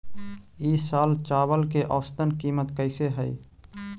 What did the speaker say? ई साल चावल के औसतन कीमत कैसे हई?